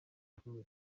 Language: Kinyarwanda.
amashuri